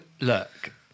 look